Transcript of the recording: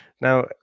now